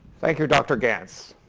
thank you, dr. ganz.